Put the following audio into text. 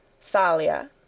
Thalia